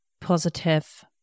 positive